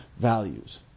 values